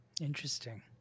Interesting